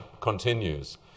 continues